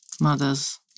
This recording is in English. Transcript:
mothers